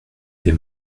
des